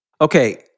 Okay